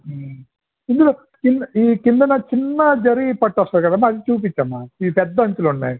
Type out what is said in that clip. ఇందులో కింద ఈ కిందన చిన్న జరీ పట్టొస్తుందికదమ్మా అది చూపించమ్మా ఇవి పెద్ద అంచులున్నాయి